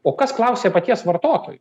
o kas klausia paties vartotojų